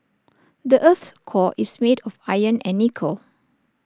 the Earth's core is made of iron and nickel